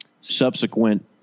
subsequent